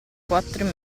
quattro